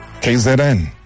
KZN